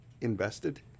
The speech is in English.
invested